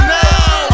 now